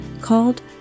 called